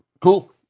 Cool